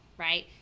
right